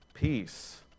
Peace